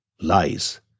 Lies